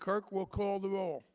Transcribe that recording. kirk will call the rol